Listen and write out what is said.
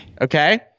Okay